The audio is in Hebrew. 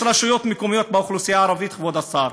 יש רשויות מקומיות באוכלוסייה הערבית, כבוד השר,